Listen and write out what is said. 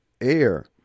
air